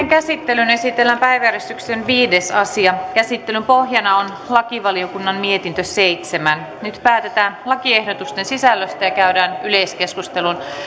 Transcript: käsittelyyn esitellään päiväjärjestyksen viides asia käsittelyn pohjana on lakivaliokunnan mietintö seitsemän nyt päätetään lakiehdotusten sisällöstä ja käydään yleiskeskustelu